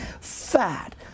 fat